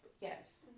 Yes